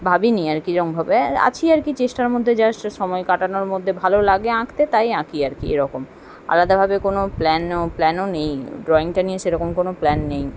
ভাবিনি আর কি এরকমভাবে আছি আর কি চেষ্টার মধ্যে জাস্ট সময় কাটানোর মধ্যে ভালো লাগে আঁকতে তাই আঁকি আর কি এরকম আলাদাভাবে কোনও প্ল্যান ও প্ল্যানও নেই ড্রইংটা নিয়ে সেরকম কোনও প্ল্যান নেই